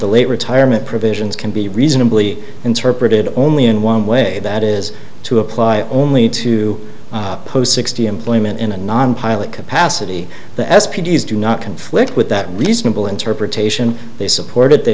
the late retirement provisions can be reasonably interpreted only in one way that is to apply only to post sixty employment in a non pilot capacity the s p d is do not conflict with that reasonable interpretation they supported the